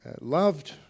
loved